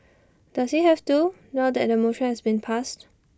does he have to now that the motion has been passed